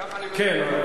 כך אני מבין.